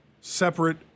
separate